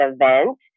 event